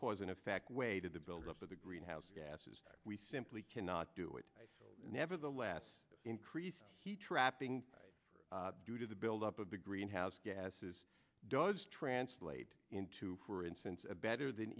cause and effect way to the buildup of the greenhouse gases we simply cannot do it nevertheless increased heat trapping due to the build up of the greenhouse gases does translate into for instance a better than